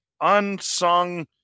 unsung